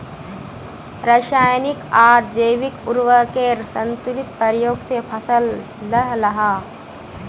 राशयानिक आर जैविक उर्वरकेर संतुलित प्रयोग से फसल लहलहा